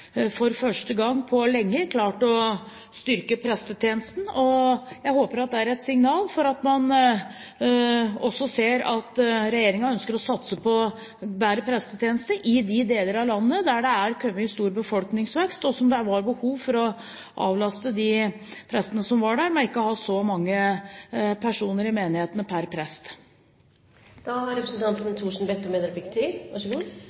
for første gang på lenge – har klart å styrke prestetjenesten. Jeg håper man ser at det er et signal om at regjeringen ønsker å satse på bedre prestetjeneste i de deler av landet som har stor befolkningsvekst, og der det er behov for å avlaste prestene ved ikke å ha så mange personer i menighetene per